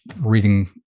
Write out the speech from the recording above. reading